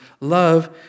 Love